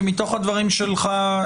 ומתוך הדברים שלך,